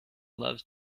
loves